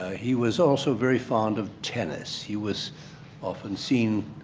ah he was also very fond of tennis. he was often seen